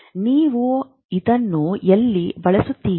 ನೀವು ಇದನ್ನು ಎಲ್ಲಿ ಬಳಸುತ್ತೀರಿ